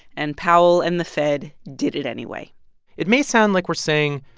and powell and the fed did it anyway it may sound like we're saying,